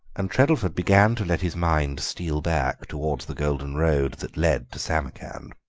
and treddleford began to let his mind steal back towards the golden road that led to samarkand.